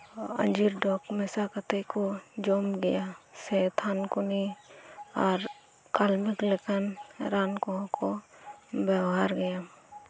ᱟᱹᱡᱤᱨ ᱰᱚᱠ ᱢᱮᱥᱟ ᱠᱟᱛᱮᱜᱠᱩ ᱡᱚᱢᱜᱮᱭᱟ ᱥᱮ ᱛᱟᱷᱟᱱ ᱠᱩᱱᱤ ᱟᱨ ᱠᱟᱞᱢᱮᱴ ᱞᱮᱠᱟᱱ ᱨᱟᱱᱠᱚᱦᱚᱸᱠᱩ ᱵᱮᱣᱦᱟᱨ ᱜᱮᱭᱟ